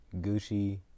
gucci